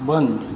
बंद